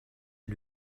est